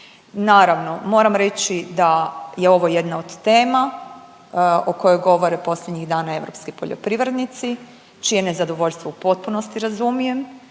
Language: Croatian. Naravno moram reći da je ovo jedna od tema o kojoj govore posljednjih dana europski poljoprivrednici čije nezadovoljstvo u potpunosti razumijem